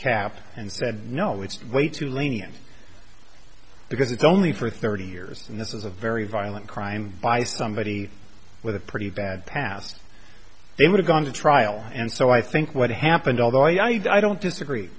cap and said no it's way too lenient because it's only for thirty years and this is a very violent crime by somebody with a pretty bad past it would've gone to trial and so i think what happened although i don't disagree